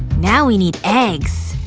now we need eggs